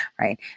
Right